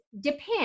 depends